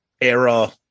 era